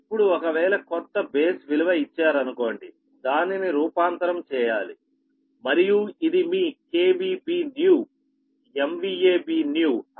ఇప్పుడు ఒకవేళ కొత్త బేస్ విలువ ఇచ్చారు అనుకోండి దానిని రూపాంతరం చేయాలి మరియు ఇది మీ B new B new